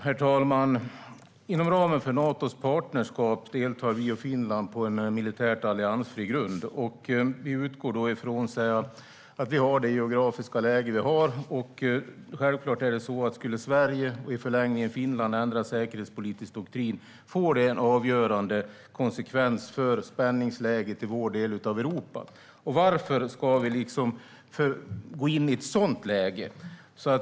Herr talman! Inom ramen för Natos partnerskap deltar vi och Finland på en militärt alliansfri grund. Vi utgår då ifrån att vi har det geografiska läge vi har. Självklart är det så att om Sverige och i förlängningen Finland skulle ändra säkerhetspolitisk doktrin får det en avgörande konsekvens för spänningsläget i vår del av Europa. Varför ska vi gå in i ett sådant läge?